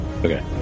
Okay